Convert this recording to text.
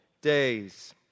days